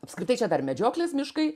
apskritai čia dar medžioklės miškai